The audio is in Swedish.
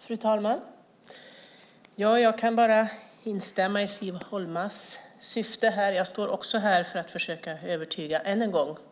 Fru talman! Jag kan bara instämma i Siv Holmas syfte. Jag står också här för att än en gång försöka övertyga